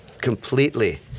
completely